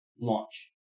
Launch